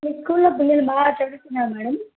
మీ స్కూల్లో పిల్లలు బాగా చదువుతున్నారా మేడం